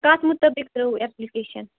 کَتھ مُطٲبِق ترٛٲوٕ اٮ۪پلِکیشَن